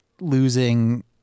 losing